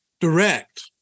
direct